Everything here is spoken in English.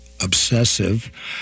obsessive